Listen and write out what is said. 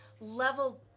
level